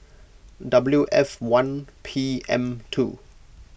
W F one P M two